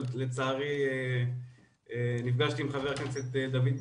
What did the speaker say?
אבל לצערי נפגשתי עם חבר הכנסת דוד ביטן,